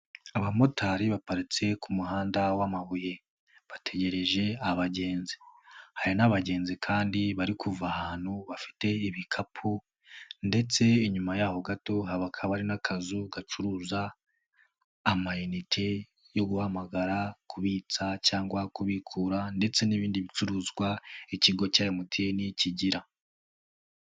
Abamotari baparitse ku muhanda w'amabuye, bategereje abagenzi, hari n'abagenzi kandi bari kuva ahantu bafite ibikapu ndetse inyuma yaho gato habakaba hari n'akazu gacuruza amayinite yo guhamagara, kubitsa cyangwa kubikura ndetse n'ibindi bicuruzwa ikigo cya MTN kigira.